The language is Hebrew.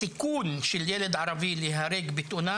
הסיכון של ילד ערבי להיהרג בתאונה,